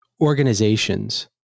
organizations